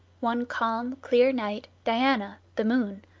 one calm, clear night diana, the moon,